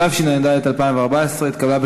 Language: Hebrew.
התשע"ד 2014, נתקבל.